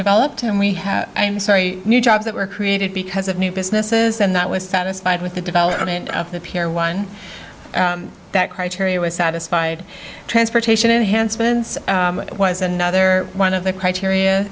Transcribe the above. developed and we have i'm sorry new jobs that were created because of new businesses and that was satisfied with the development of the pier one that criteria was satisfied transportation enhancements was another one of the criteria